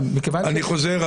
אני חוזר,